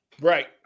Right